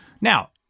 Now